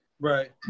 right